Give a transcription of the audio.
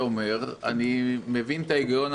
אני מבין את ההיגיון,